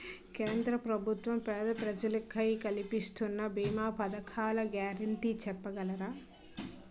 కేంద్ర ప్రభుత్వం పేద ప్రజలకై కలిపిస్తున్న భీమా పథకాల గ్యారంటీ చెప్పగలరా?